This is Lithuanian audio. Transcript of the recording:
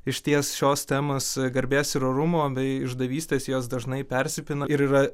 išties šios temos garbės ir orumo bei išdavystės jos dažnai persipina ir yra